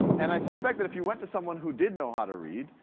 and i suspect that if you went to someone who did know how to read,